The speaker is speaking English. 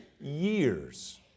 years